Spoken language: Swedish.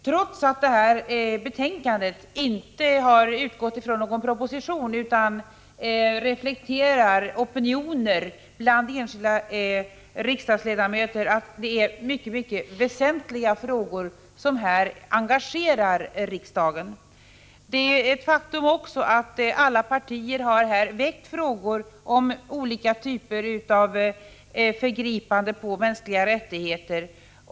Trots att betänkandet inte baseras på någon proposition utan bara reflekterar opinioner bland enskilda riksdagsledamöter, rör det sig om mycket väsentliga frågor som engagerar riksdagen. Det är också ett faktum att det inom olika partier har väckts frågor om olika typer av förgripande på mänskliga rättigheter.